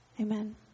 Amen